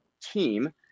team